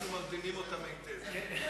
אנחנו מרדימים אותם היטב.